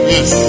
Yes